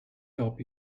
help